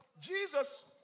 Jesus